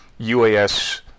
UAS